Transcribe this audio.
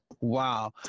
Wow